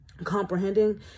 comprehending